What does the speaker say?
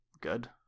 good